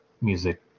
music